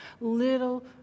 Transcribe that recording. little